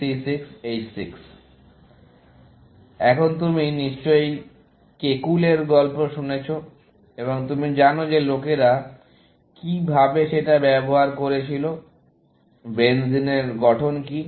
C 6 H 6 এবং তুমি নিশ্চয়ই কেকুলের গল্প শুনেছ এবং তুমি জানো যে লোকেরা কীভাবে সেটা বের করার চেষ্টা করেছিল বেনজিনের গঠন কী